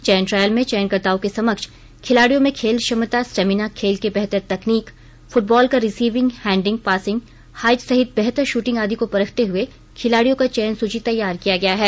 चयन ट्रायल में चयनकर्ताओं के समक्ष खिलाडियों में खेल क्षमता स्टेमिना खेल के बेहतर तकनीक फुटबॉल का रिसीविंग हैडिग पासिंग हाइट सहित बेहतर शूटिंग आदि को परखते हुए खिलाडियों का चयन सूची तैयार किया गया है